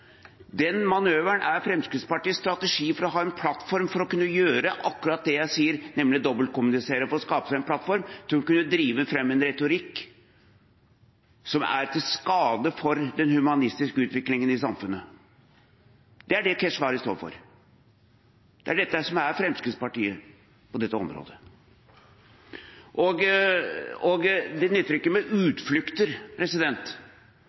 Den manøveren er Fremskrittspartiets strategi for å ha en plattform for å kunne gjøre akkurat det jeg sier, nemlig dobbeltkommunisere for å skape seg en plattform for å kunne drive fram en retorikk som er til skade for den humanistiske utviklinga i samfunnet. Det er det Keshvari står for. Det er dette som er Fremskrittspartiet på dette området. Og det nytter ikke med utflukter